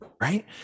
right